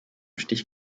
stich